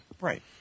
Right